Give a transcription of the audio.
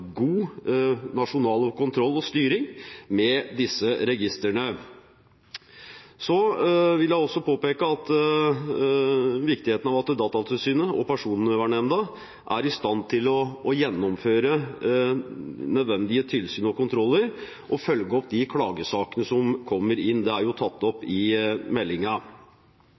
god nasjonal kontroll og styring med disse registrene. Så vil jeg også påpeke viktigheten av at Datatilsynet og Personvernnemnda er i stand til å gjennomføre nødvendige tilsyn og kontroller og følge opp de klagesakene som kommer inn. Dette er tatt opp i